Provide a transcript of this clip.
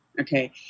okay